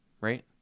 right